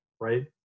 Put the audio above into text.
right